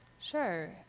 Sure